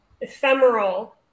ephemeral